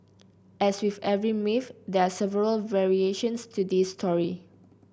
as with every myth there are several variations to this story